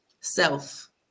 self